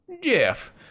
Jeff